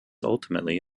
ultimately